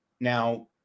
now